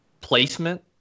placement